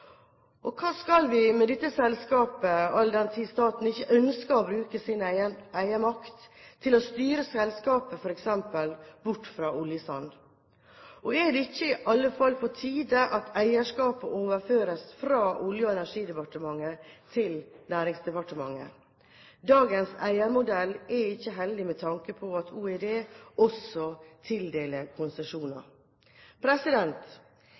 Og hva skal vi med dette eierskapet, all den tid staten ikke ønsker å bruke sin eiermakt til å styre selskapet f.eks. bort fra oljesand? Er det ikke i alle fall på tide at eierskapet overføres fra Olje- og energidepartementet til Næringsdepartementet? Dagens eiermodell er ikke heldig med tanke på at Olje- og energidepartementet også tildeler konsesjoner.